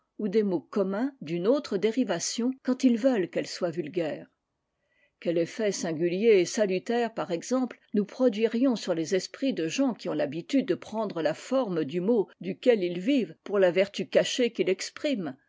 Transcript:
ou des mots communs d'une autre dérivation quand ils veulent qu'elle soit vulgaire quel effet singulier et salutaire par exemple nous produirions sur les esprits de gens qui ont l'habitude de prendre la forme du mot duquel ils vivent pour la vertu cachée qu'il exprime